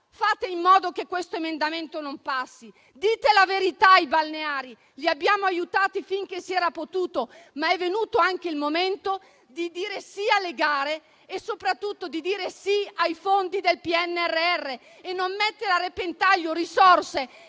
fate in modo che l'emendamento non passi. Dite la verità ai balneari: li abbiamo aiutati finché si è potuto, ma è venuto anche il momento di dire sì alle gare e soprattutto di dire sì ai fondi del PNRR, senza mettere a repentaglio risorse